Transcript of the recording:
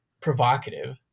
provocative